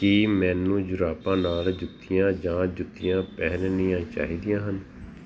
ਕੀ ਮੈਨੂੰ ਜੁਰਾਬਾਂ ਨਾਲ ਜੁੱਤੀਆਂ ਜਾਂ ਜੁੱਤੀਆਂ ਪਹਿਨਣੀਆਂ ਚਾਹੀਦੀਆਂ ਹਨ